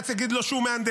בג"ץ יגיד לו שהוא מהנדס.